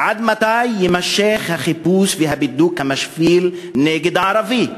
עד מתי יימשכו החיפוש והבידוק המשפילים נגד הערבי?